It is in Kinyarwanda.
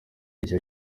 gishya